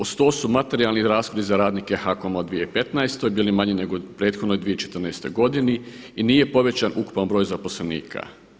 Uz to su materijalni rashodi za radnike HAKOM-a u 2015. bili manji nego u prethodnoj 2014. godini i nije povećan ukupan broj zaposlenika.